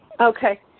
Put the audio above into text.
Okay